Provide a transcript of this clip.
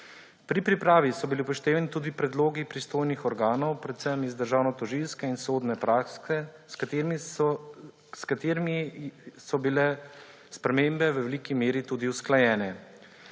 Pri pripravi so bili upoštevani tudi predlogi pristojnih organov, predvsem iz državnotožilske in sodne prakse, s katerimi so bile spremembe v veliki meri tudi usklajene.